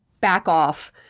back-off